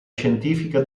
scientifica